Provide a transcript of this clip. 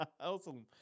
Awesome